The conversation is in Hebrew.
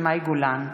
ומאי גולן בנושא: